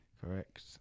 Correct